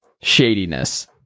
shadiness